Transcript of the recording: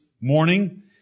morning